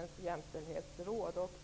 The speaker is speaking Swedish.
framåt.